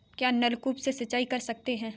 क्या नलकूप से सिंचाई कर सकते हैं?